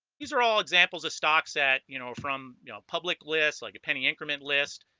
these are all examples of stock set you know from public lists like a penny increment list